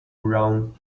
round